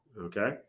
okay